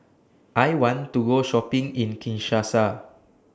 I want to Go Shopping in Kinshasa